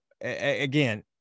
again